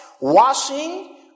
washing